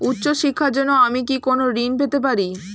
উচ্চশিক্ষার জন্য আমি কি কোনো ঋণ পেতে পারি?